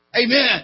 Amen